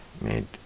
made